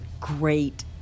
great